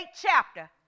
chapter